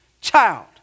child